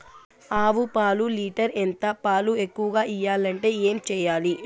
ఆవు పాలు లీటర్ ఎంత? పాలు ఎక్కువగా ఇయ్యాలంటే ఏం చేయాలి?